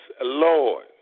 Lord